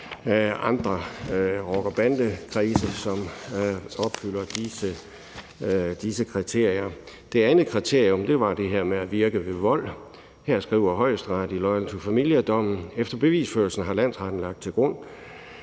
andre rocker- eller bandekredse, som opfylder disse kriterier. Det andet kriterium var det her med at virke ved vold. Her skriver Højesteret i Loyal to Familia-dommen: »Efter bevisførelsen har landsretten lagt til grund